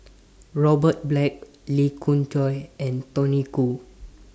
Robert Black Lee Khoon Choy and Tony Khoo